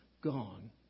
gone